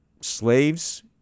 slaves